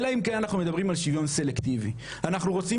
אלא אם כן אנחנו מדברים על שוויון סלקטיבי אנחנו רוצים